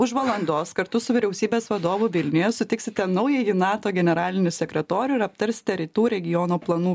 už valandos kartu su vyriausybės vadovu vilniuje sutiksite naująjį nato generalinį sekretorių ir aptarsite rytų regiono planų